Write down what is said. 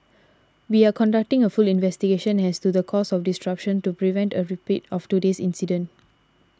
we are conducting a full investigation as to the cause of this disruption to prevent a repeat of today's incident